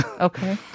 okay